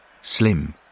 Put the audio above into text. slim